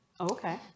Okay